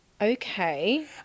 Okay